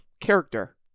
character